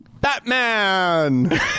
batman